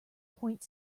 point